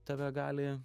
tave gali